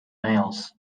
males